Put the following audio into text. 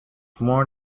more